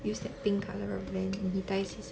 use that pink colour rubberband when he ties